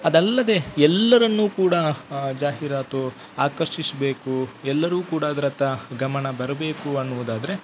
ಅದಲ್ಲದೆ ಎಲ್ಲರನ್ನು ಕೂಡ ಜಾಹೀರಾತು ಆಕರ್ಷಿಸಬೇಕು ಎಲ್ಲರು ಕೂಡ ಅದರತ್ತ ಗಮನ ಬರಬೇಕು ಅನ್ನುವುದಾದರೆ